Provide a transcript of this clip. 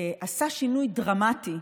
עשה שינוי דרמטי.